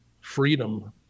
freedom